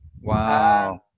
Wow